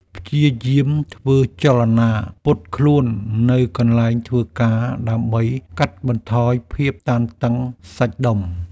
ព្យាយាមធ្វើចលនាពត់ខ្លួននៅកន្លែងធ្វើការ ដើម្បីកាត់បន្ថយភាពតានតឹងសាច់ដុំ។